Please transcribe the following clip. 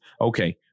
okay